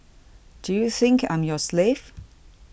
do you think I'm your slave